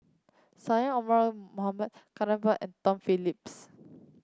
Syed Omar Mohamed Gan Thiam Poh and Tom Phillips